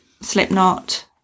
Slipknot